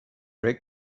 rate